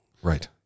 Right